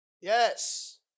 Yes